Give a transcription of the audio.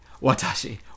Watashi